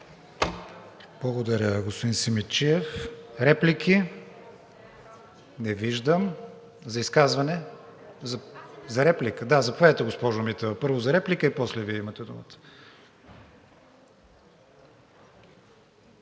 Благодаря, госпожо Митева.